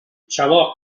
xaloc